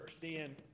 sin